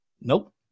Nope